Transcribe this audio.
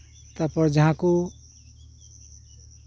ᱛᱟᱨᱯᱚᱨ ᱡᱟᱦᱟᱸ ᱠᱚ